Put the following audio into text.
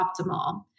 optimal